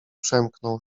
przemknął